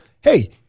hey